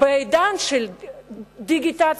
בעידן של דיגיטציה,